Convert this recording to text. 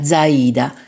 Zaida